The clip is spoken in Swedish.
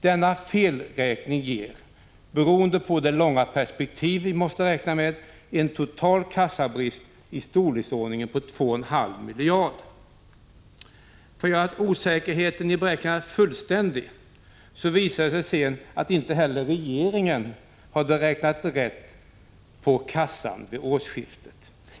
Denna felräkning ger, beroende på det långa perspektiv vi måste betrakta, en kassabrist på i storleksordningen 2,5 miljarder. För att göra osäkerheten i beräkningarna fullständig visade det sig att inte heller regeringen hade räknat rätt på kassan vid årsskiftet.